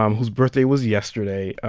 um whose birthday was yesterday, ah